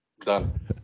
Done